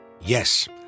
Yes